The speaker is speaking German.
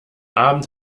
abend